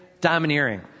Domineering